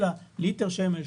אלא ליטר שמן,